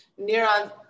neuron